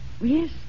yes